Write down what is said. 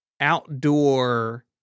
outdoor